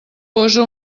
posa